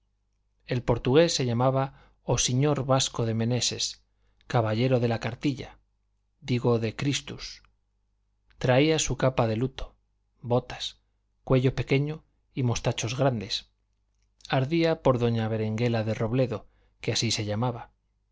el portugués se llamaba o siñor vasco de meneses caballero de la cartilla digo de christus traía su capa de luto botas cuello pequeño y mostachos grandes ardía por doña berenguela de robledo que así se llamaba